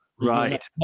right